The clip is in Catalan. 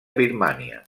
birmània